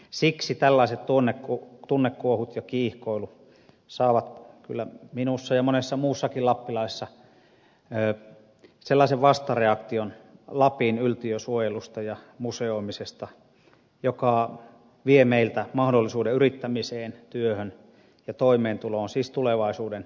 siksi tällaiset tunnekuo hut ja kiihkoilu saavat kyllä minussa ja monessa muussakin lappilaisessa aikaan sellaisen vastareaktion lapin yltiösuojeluun ja museoimiseen joka vie meiltä mahdollisuuden yrittämiseen työhön ja toimeentuloon siis tulevaisuuden rakentamiseen